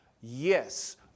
yes